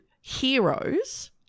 Heroes